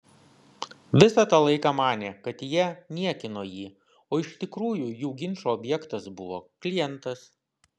visą tą laiką manė kad jie niekino jį o iš tikrųjų jų ginčo objektas buvo klientas